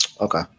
okay